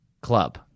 Club